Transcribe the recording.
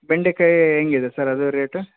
ಬೆಂಡೆಕಾಯಿ ಹೇಗಿದೆ ಸರ್ ಅದು ರೇಟು